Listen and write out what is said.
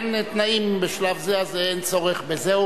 אין תנאים בשלב זה, אז אין צורך בזה.